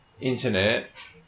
internet